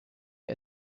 wie